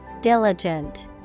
Diligent